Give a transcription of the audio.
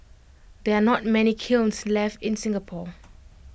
there are not many kilns left in Singapore